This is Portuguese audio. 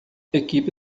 equipe